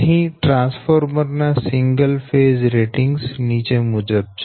અહી ટ્રાન્સફોર્મર ના single phase ratings નીચે મુજબ છે